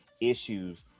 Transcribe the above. issues